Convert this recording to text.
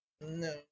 No